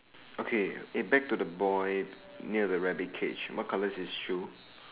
okay it back the boy near the rabbit cage what colour his shoe